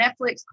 Netflix